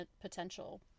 potential